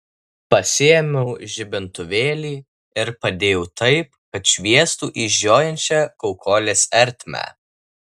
pasiėmiau žibintuvėlį ir padėjau taip kad šviestų į žiojinčią kaukolės ertmę